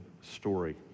story